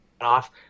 off